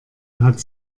hat